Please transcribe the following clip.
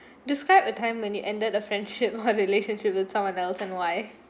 describe a time when you ended a friendship or relationship with someone else and why